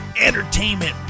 entertainment